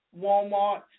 Walmart